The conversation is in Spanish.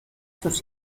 sus